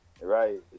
right